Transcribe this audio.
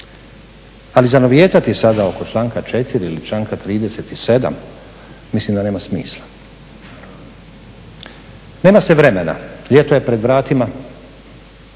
Ali zanovijetati sada oko članka 4. ili članka 37. mislim da nema smisla. Nema se vremena, ljeto je pred vratima,